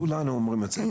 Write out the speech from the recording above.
כולנו אומרים את זה.